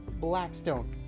Blackstone